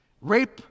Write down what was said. Rape